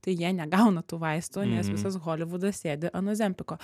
tai jie negauna tų vaistų nes visas holivudas sėdi ant ozempiko